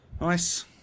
nice